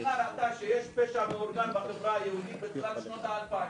שהמדינה ראתה שיש פשע מאורגן בחברה היהודית בתחילת שנות האלפיים,